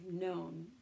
known